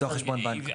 לפתוח חשבון בנק.